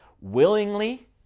willingly